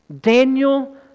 Daniel